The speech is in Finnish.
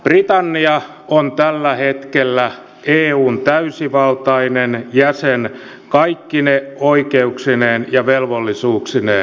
britannia on tällä hetkellä eun täysivaltainen jäsen kaikkine oikeuksineen ja velvollisuuksineen